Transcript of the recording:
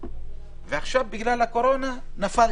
ועכשיו בגלל הקורונה היא נפלה